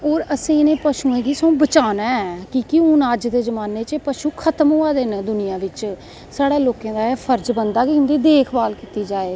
और असें सगों इनैं पशुएं गी बचाना ऐ कि के हून अज्ज दे जमानें च पशू खत्म होआ दे नै दुनियां च साढ़ा पर्ज बनदा ऐ कि इंदी देख रेख कीती जाए